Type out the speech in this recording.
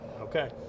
Okay